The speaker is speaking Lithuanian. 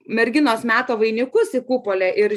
merginos meta vainikus į kupolę ir